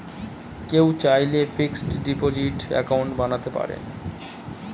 কেউ চাইলে fixed deposit account বানাতে পারেন